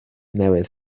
newydd